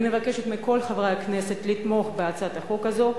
אני מבקשת מכל חברי הכנסת לתמוך בהצעת החוק הזאת.